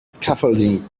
scaffolding